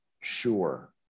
sure